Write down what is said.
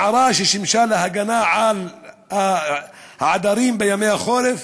מערה ששימשה להגנה על העדרים בימי החורף